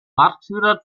marktführer